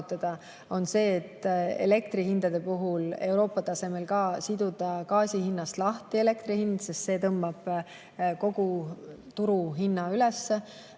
on see, et elektrihindade puhul Euroopa tasemel siduda gaasi hinnast lahti elektri hind, sest see tõmbab kogu turuhinna üles.